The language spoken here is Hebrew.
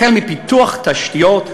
החל מפיתוח תשתיות,